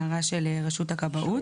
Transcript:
הערה של רשות הכבאות.